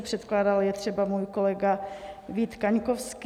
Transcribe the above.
Předkládal je třeba můj kolega Vít Kaňkovský.